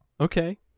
Okay